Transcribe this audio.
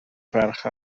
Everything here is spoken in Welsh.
ferch